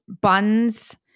buns